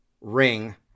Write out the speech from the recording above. ring